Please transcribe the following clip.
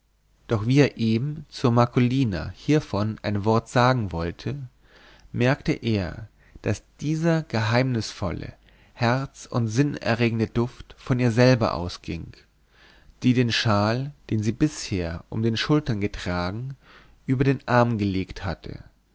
doch wie er eben zu marcolina hiervon ein wort sagen wollte merkte er daß dieser geheimnisvolle herz und sinnerregende duft von ihr selber ausging die den schal den sie bisher über den schultern getragen über den arm gelegt hatte